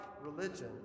religion